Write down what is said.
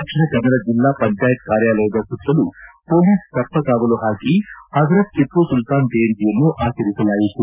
ದಕ್ಷಿಣ ಕನ್ನಡ ಜಿಲ್ಲಾ ಪಂಚಾಯಿತಿ ಕಾರ್ಯಾಲಯದ ಸುತ್ತಲೂ ಪೊಲೀಸ್ ಸರ್ಪಕಾವಲು ಹಾಕಿ ಪಜರತ್ ಟಿಪ್ನು ಸುಲ್ತಾನ್ ಜಯಂತಿಯನ್ನು ಆಚರಿಸಲಾಯಿತು